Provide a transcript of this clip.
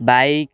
bike